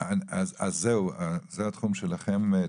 התחום שלכם.